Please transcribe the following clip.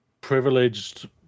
privileged